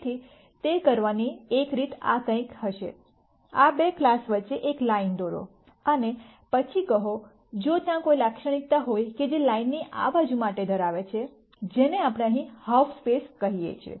તેથી તે કરવાની એક રીત આ કંઈક હશે આ બે ક્લાસ વચ્ચે એક લાઈન દોરો અને પછી કહો જો ત્યાં કોઈ લાક્ષણિકતા હોય કે જે લાઈનની આ બાજુ માટે ધરાવે છે જેને આપણે અહીં હાલ્ફ સ્પેસ કહીએ છીએ